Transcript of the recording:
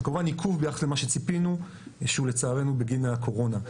זה כמובן עיכוב ביחס למה שציפינו שהוא לצערנו בגין הקורונה.